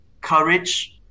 courage